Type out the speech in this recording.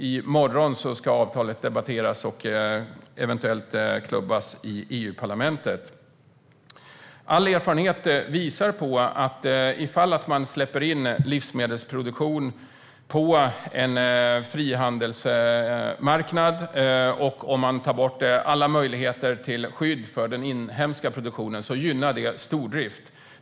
I morgon ska avtalet debatteras och eventuellt klubbas i EU-parlamentet. All erfarenhet visar att om man släpper in livsmedelsproduktion på en frihandelsmarknad och tar bort alla möjligheter till skydd för den inhemska produktionen gynnar det stordrift.